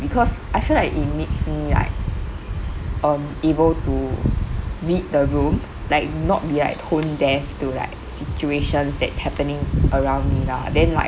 because I feel like it makes me like um able to read the room like not be like tone deaf to like situations that's happening around me lah then like